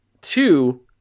two